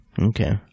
Okay